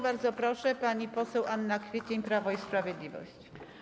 Bardzo proszę, pani poseł Anna Kwiecień, Prawo i Sprawiedliwość.